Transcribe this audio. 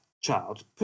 child